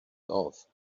love